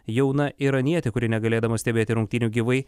jauna iranietė kuri negalėdama stebėti rungtynių gyvai